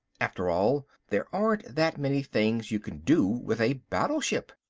after all there aren't that many things you can do with a battleship.